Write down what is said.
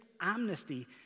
amnesty